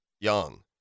Young